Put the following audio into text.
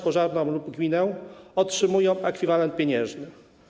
Pożarną lub gminę, otrzymują ekwiwalent pieniężny.